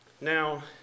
Now